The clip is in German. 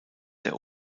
der